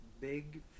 Big